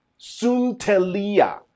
suntelia